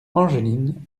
angeline